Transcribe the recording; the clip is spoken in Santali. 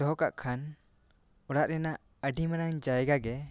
ᱫᱚᱦᱚ ᱠᱟᱜ ᱠᱷᱟᱱ ᱚᱲᱟᱜ ᱨᱮᱱᱟᱜ ᱟᱹᱰᱤ ᱢᱟᱨᱟᱝ ᱡᱟᱭᱜᱟ ᱜᱮ